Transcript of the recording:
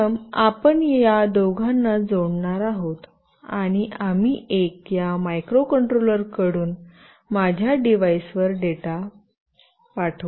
प्रथम आपण या दोघांना जोडणार आहोत आणि आम्ही एक या मायक्रोकंट्रोलर कडून माझ्या डिव्हाइसवर डेटा पाठवू